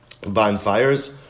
bonfires